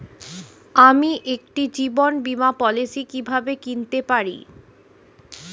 আমি একটি জীবন বীমা পলিসি কিভাবে কিনতে পারি?